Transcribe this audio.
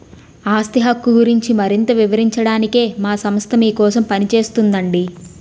ఆస్తి హక్కు గురించి మరింత వివరించడానికే మా సంస్థ మీకోసం పనిచేస్తోందండి